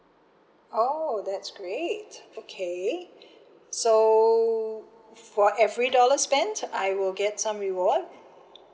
oh that's great okay so for every dollar spent I will get some reward